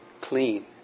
clean